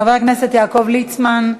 חבר הכנסת יעקב ליצמן,